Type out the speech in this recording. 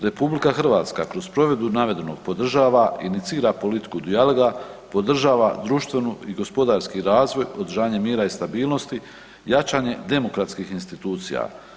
RH kroz provedbu navedenog podržava, inicira politiku dijaloga, podržava društveni i gospodarski razvoj, održanje mira i stabilnosti, jačanje demokratskih institucija.